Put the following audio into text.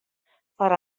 foar